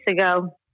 ago